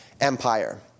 Empire